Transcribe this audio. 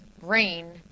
rain